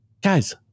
guys